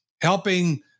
helping